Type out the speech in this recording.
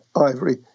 ivory